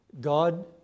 God